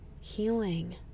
healing